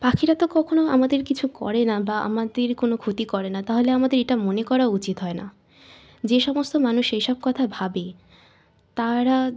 পাখিরা তো কখনও আমাদের কিছু করে না বা আমাদের কোনো ক্ষতি করে না তাহলে আমাদের এটা মনে করা উচিত হয় না যে সমস্ত মানুষ সেসব কথা ভাবে তারা